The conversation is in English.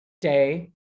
day